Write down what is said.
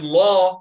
law